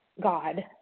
god